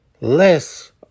Less